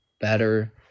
better